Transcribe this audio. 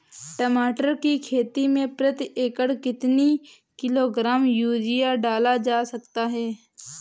टमाटर की खेती में प्रति एकड़ कितनी किलो ग्राम यूरिया डाला जा सकता है?